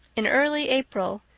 in early april,